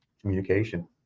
communication